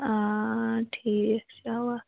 ٹھیٖک چھُ اَوَ